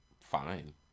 Fine